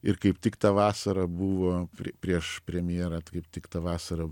ir kaip tik tą vasarą buvo prieš premjerą kaip tik ta vasara